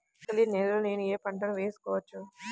Alkaline నేలలో నేనూ ఏ పంటను వేసుకోవచ్చు?